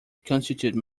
constitute